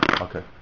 okay